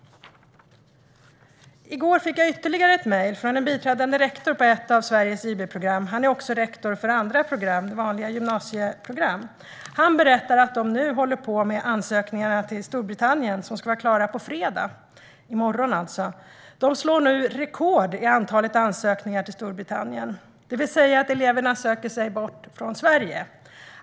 I går fick jag ett ytterligare mejl, från en biträdande rektor för ett av Sveriges IB-program. Han är också rektor för andra program, vanliga gymnasieprogram. Han berättade att de nu håller på med ansökningarna till Storbritannien, som ska vara klara på fredag, i morgon alltså. De slår nu rekord i antal ansökningar till Storbritannien, det vill säga att eleverna söker sig bort från Sverige.